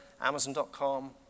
Amazon.com